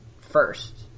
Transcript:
first